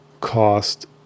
cost